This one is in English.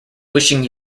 wishing